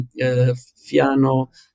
Fiano